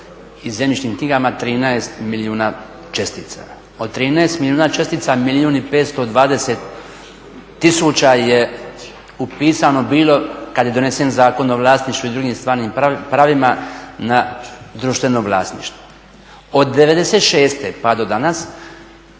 i zemljišnim knjigama 13 milijuna čestica. Od 13 milijuna čestica milijun i 520 tisuća je upisano bilo kad je donesen Zakon o vlasništvu i drugim stvarnim pravima na društveno vlasništvo. Od '96. pa do danas,